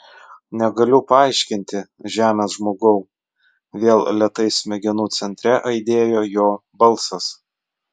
negaliu paaiškinti žemės žmogau vėl lėtai smegenų centre aidėjo jo balsas